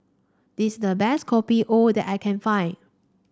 this the best Kopi O that I can find